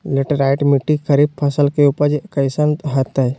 Laterite मिट्टी खरीफ फसल के उपज कईसन हतय?